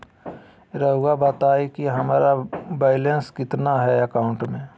रहुआ बताएं कि हमारा बैलेंस कितना है अकाउंट में?